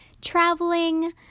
traveling